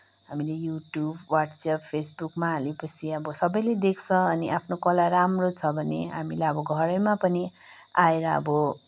हामीले YouTube WhatsApp फेसबुकमा हालेपछि अब सबैले देख्छन् अनि आफ्नो कला राम्रो छ भने हामीलाई अब घरैमा पनि आएर अब